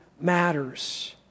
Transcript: matters